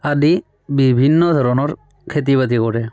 আদি বিভিন্ন ধৰণৰ খেতি বাতি কৰে